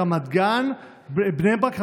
לבני ברק,